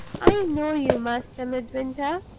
i know you, master midwinter!